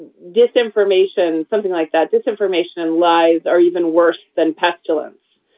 disinformation, something like that. disinformation and lies are even worse than pestilence